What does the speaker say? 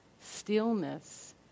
stillness